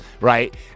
right